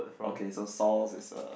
okay so sows is a